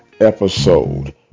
episode